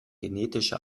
genetische